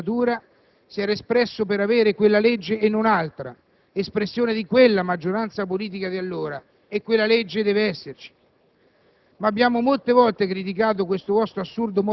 anche perché il popolo italiano, in quella precedente legislatura, si era espresso per avere quella legge e non altra, espressione di quella maggioranza politica di allora. E quella legge deve esserci.